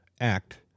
act